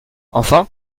enfin